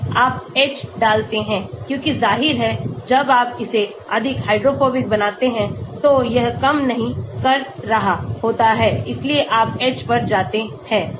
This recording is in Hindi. आप H डालते हैं क्योंकि जाहिर है जब आप इसे अधिक हाइड्रोफोबिक बनाते हैं तो यह काम नहीं कर रहा होता है इसलिए आप H पर जाते हैं